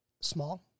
small